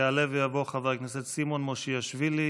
יעלה ויבוא חבר הכנסת סימון מושיאשוילי,